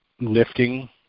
lifting